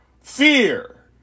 fear